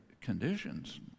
conditions